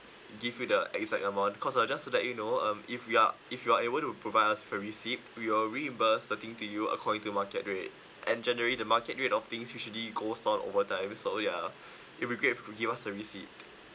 give you the exact amount cause I was just to let you know um if you're if you are able to provide us the receipt we will reimburse the thing to you according to market rate and generally the market rate of things usually goes down over time so ya it'll be great if you gives us the receipt